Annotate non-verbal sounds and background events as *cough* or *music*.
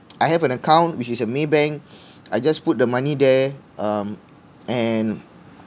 I have an account which is a Maybank *breath* I just put the money there um and